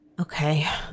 okay